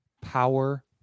Power